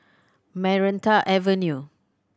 Maranta Avenue